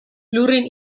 lurrin